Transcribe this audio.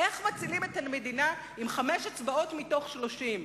איך מצילים את המדינה עם חמש אצבעות מתוך 30?